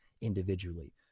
individually